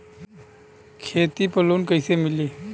खेती पर लोन कईसे मिली?